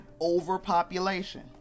overpopulation